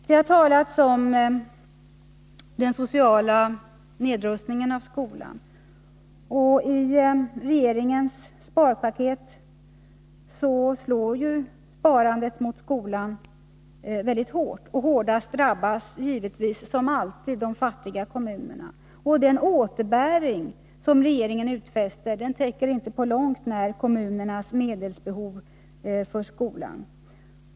Det har talats om den sociala nedrustningen av skolan. I regeringens s.k. sparpaket slår ju sparandet mot skolan väldigt hårt, och hårdast drabbas givetvis — som alltid — de fattiga kommunerna. Den ”återbäring” som regeringen utfäster täcker inte på långt när kommunernas medelsbehov för skolan.